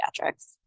pediatrics